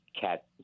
cat